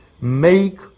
...make